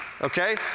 okay